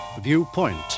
Viewpoint